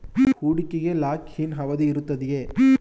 ಹೂಡಿಕೆಗೆ lock in ಅವಧಿ ಇರುತ್ತದೆಯೇ?